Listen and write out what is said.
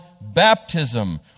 baptism